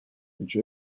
which